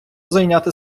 зайняти